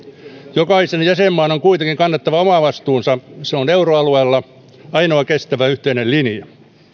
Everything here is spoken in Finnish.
jokaisen jäsenmaan on kuitenkin kannettava oma vastuunsa euroalueella ainoa kestävä yhteinen linja